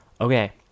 Okay